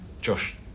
Josh